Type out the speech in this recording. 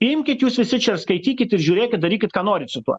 imkit jūs visi čia ir skaitykit ir žiūrėkit darykit ką norit su tuo